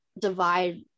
divide